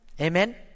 Amen